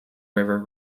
river